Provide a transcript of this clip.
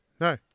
no